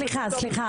סליחה,